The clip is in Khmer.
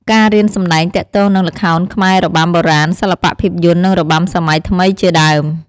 ការរៀនសម្តែងទាក់ទងនឹង ល្ខោនខ្មែរ របាំបុរាណ សិល្បៈភាពយន្ត និងរបាំសម័យថ្មីជាដើម។